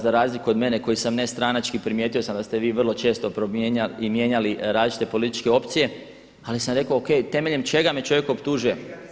Za razliku od mene koji sam nestranački primijetio sam da ste vi vrlo često mijenjali različite političke opcije ali sam rekao OK, temeljem čega me čovjek optužuje.